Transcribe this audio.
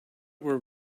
were